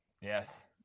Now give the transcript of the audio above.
Yes